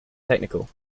technical